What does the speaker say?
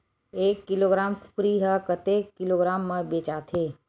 एक किलोग्राम कुकरी ह कतेक किलोग्राम म बेचाथे?